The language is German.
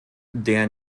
der